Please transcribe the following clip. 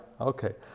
Okay